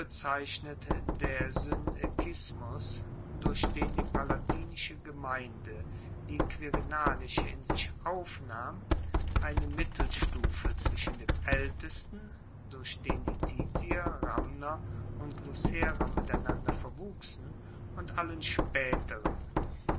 bezeichnet der synoekismus durch den die palatinische gemeinde die quirinalische in sich aufnahm eine mittelstufe zwischen dem aeltesten durch den die titier ramner und lucerer miteinander verwuchsen und allen spaeteren